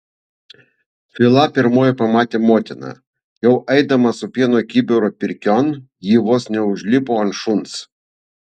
filą pirmoji pamatė motina jau eidama su pieno kibiru pirkion ji vos neužlipo ant šuns